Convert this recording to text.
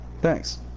thanks